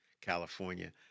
California